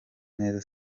neza